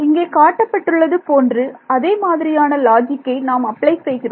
இங்கே காட்டப்பட்டுள்ளது போன்று அதே மாதிரியான லாஜிக்கை நாம் அப்ளை செய்கிறோம்